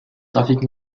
trafic